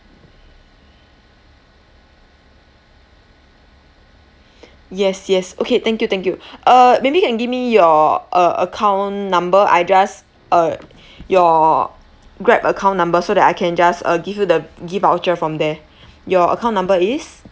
yes yes okay thank you thank you uh maybe can give me your a~ account number I just uh your grab account number so that I can just uh give you the gift voucher from there your account number is